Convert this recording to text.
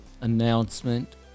announcement